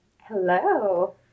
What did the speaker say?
Hello